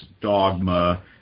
dogma